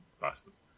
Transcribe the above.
bastards